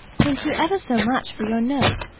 thank you ever so much for your note,